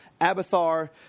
Abathar